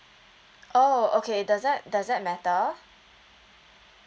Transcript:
oh okay does that does that matter